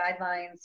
guidelines